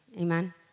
amen